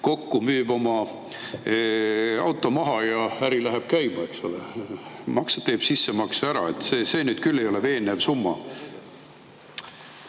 kokku. Müüb oma auto maha ja äri läheb käima, eks ole, teeb sissemakse ära. See nüüd küll ei ole veenev summa.